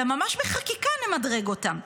אלא ממש בחקיקה נמדרג אותם.